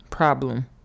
problem